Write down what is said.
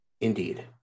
Indeed